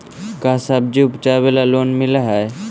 का सब्जी उपजाबेला लोन मिलै हई?